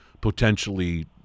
potentially